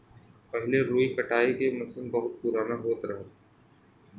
पहिले रुई कटाई के मसीन बहुत पुराना होत रहल